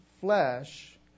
flesh